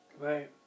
Right